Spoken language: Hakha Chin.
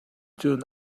cun